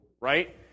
right